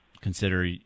consider